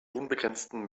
unbegrenzten